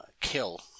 kill